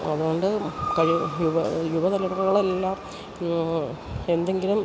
അത്കൊണ്ട് യുവ യുവതലമുറകളെല്ലാം എന്തെങ്കിലും